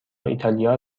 ایتالیا